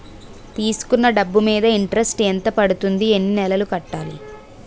తీసుకున్న డబ్బు మీద ఇంట్రెస్ట్ ఎంత పడుతుంది? ఎన్ని నెలలో కట్టాలి?